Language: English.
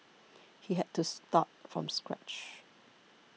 he had to start from scratch